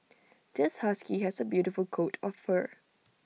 this husky has A beautiful coat of fur